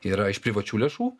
yra iš privačių lėšų